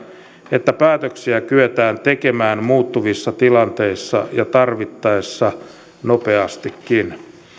että päätöksiä kyetään tekemään muuttuvissa tilanteissa ja tarvittaessa nopeastikin